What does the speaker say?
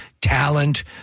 talent